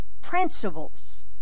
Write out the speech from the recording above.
principles